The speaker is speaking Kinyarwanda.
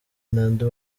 nadu